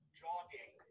jogging